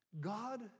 God